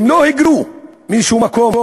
הם לא היגרו מאיזשהו מקום,